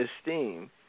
esteem